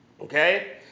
Okay